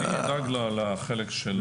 אני אדאג לחלק שלי.